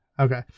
Okay